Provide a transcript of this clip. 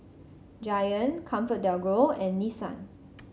Giant ComfortDelGro and Nissan